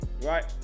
right